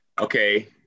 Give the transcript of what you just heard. Okay